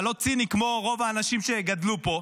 אתה לא ציני כמו רוב האנשים שגדלו פה.